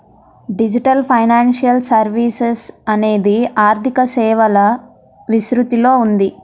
digital financial services అనేది ఆర్థిక సేవల విస్తృతిలో ఉంది